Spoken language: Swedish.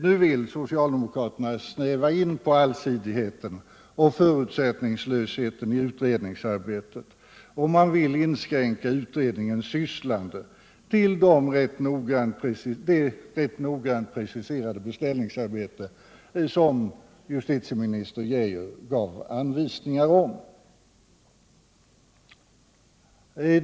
Nu vill socialdemokraterna snäva in på allsidigheten och förutsättningslösheten i utredningsarbetet, och man vill inskränka utredningen till det rätt noggrant preciserade beställningsarbete som justitieminister Geijer gav anvisningar om.